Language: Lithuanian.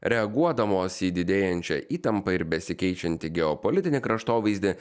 reaguodamos į didėjančią įtampą ir besikeičiantį geopolitinį kraštovaizdį